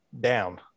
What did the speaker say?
down